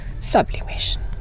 sublimation